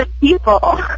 people